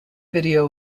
video